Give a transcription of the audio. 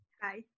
Hi